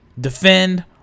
defend